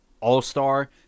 all-star